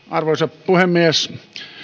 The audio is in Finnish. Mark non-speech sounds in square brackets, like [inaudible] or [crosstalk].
[unintelligible] arvoisa puhemies